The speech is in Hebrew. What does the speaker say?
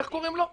איך קוראים לו?